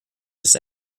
this